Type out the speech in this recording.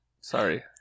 Sorry